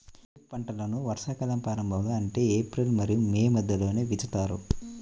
ఖరీఫ్ పంటలను వర్షాకాలం ప్రారంభంలో అంటే ఏప్రిల్ మరియు మే మధ్యలో విత్తుతారు